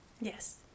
Yes